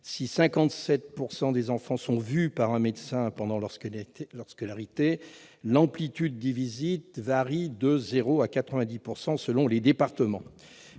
Si 57 % des enfants sont vus par un médecin pendant leur scolarité, l'amplitude des visites varie de 0 % à 90 % selon les départements.